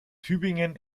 tübingen